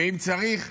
ואם צריך,